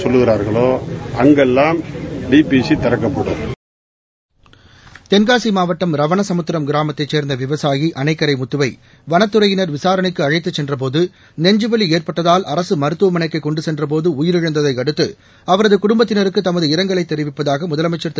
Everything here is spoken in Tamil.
செகண்ட்ஸ் தென்காசி மாவட்டம் ரவணசமுத்திரம் கிராமத்தைச் சேர்ந்த விவசாயி அணைக்கரை முத்துவை வனத்துறையினர் விசாரணைக்கு அழைத்துச் சென்றபோது நெஞ்சுவலி ஏற்பட்டதால் அரசு மருத்துவமனைக்கு கொண்டு சென்றபோது உயிரிழந்ததை அடுத்து அவரது குடும்பத்தினருக்கு தமது இரங்கலை தெரிவிப்பதாக முதலமைச்சர் திரு